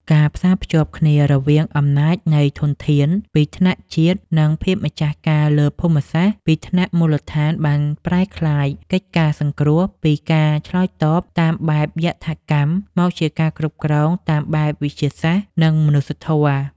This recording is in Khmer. ការផ្សារភ្ជាប់គ្នារវាង អំណាចនៃធនធាន ពីថ្នាក់ជាតិ និងភាពម្ចាស់ការលើភូមិសាស្ត្រ ពីថ្នាក់មូលដ្ឋានបានប្រែក្លាយកិច្ចការសង្គ្រោះពីការឆ្លើយតបតាមបែបយថាកម្ម មកជាការគ្រប់គ្រងតាមបែបវិទ្យាសាស្ត្រ និងមនុស្សធម៌។